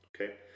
okay